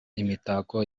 imitako